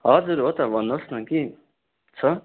हजुर हो त भन्नुहोस् न के छ